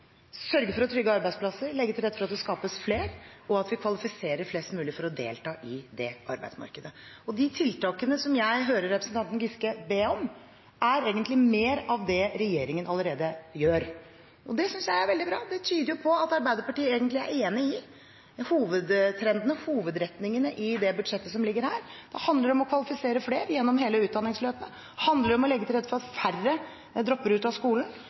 sørge for å trygge arbeidsplasser, legge til rette for at det skapes flere, og at vi kvalifiserer flest mulig for å delta i arbeidsmarkedet. De tiltakene som jeg hører representanten Giske be om, er egentlig mer av det regjeringen allerede gjør. Det synes jeg er veldig bra. Det tyder på at Arbeiderpartiet egentlig er enig i hovedtrendene, i hovedretningene, i det budsjettet som ligger her. Det handler om å kvalifisere flere gjennom hele utdanningsløpet, det handler om å legge til rette for at færre dropper ut av skolen.